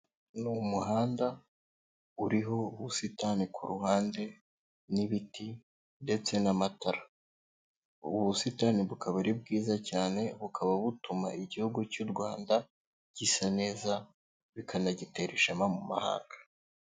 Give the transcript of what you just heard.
Uyu ni umuhanda uriho ubusitani ku ruhande n'ibiti ndetse n'amatara, ubu busitani bukaba ari bwiza cyane, bukaba butuma igihugu cy'u Rwanda gisa neza bikanagitera ishema mu mahanga.